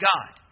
God